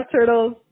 turtles